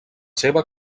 seva